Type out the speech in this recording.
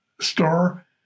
store